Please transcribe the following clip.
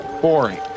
Boring